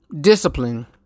discipline